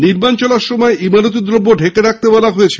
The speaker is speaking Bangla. নির্মাণ চলাকালীন ইমারতী দ্রব্য ঢেকে রাখতে বলা হয়েছে